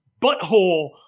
butthole